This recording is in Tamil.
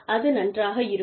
அது நன்றாக இருக்கும்